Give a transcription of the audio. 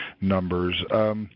numbers